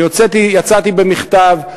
אני יצאתי במכתב,